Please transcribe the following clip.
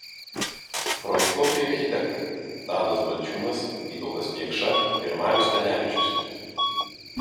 projektuotojai architektai tadas balčiūnas vytautas biekša ir marius kanevičius